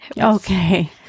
Okay